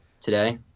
today